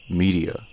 media